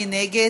מי נגד?